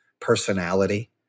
personality